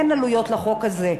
אין עלויות לחוק הזה.